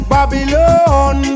Babylon